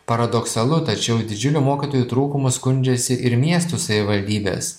paradoksalu tačiau didžiuliu mokytojų trūkumu skundžiasi ir miestų savivaldybės